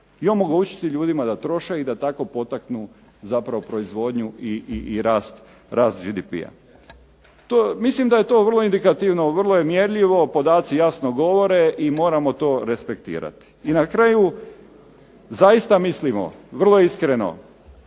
i omogućiti ljudima da troše i da tako potaknu zapravo proizvodnju i rast GDP-a? Mislim da je to vrlo indikativno, vrlo je mjerljivo, podaci jasno govore i moramo to respektirati. I na kraju zaista mislimo vrlo iskreno